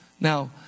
Now